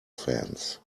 fans